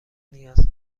نیاز